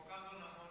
זה כל כך לא נכון.